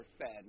Fed